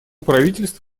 правительств